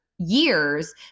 years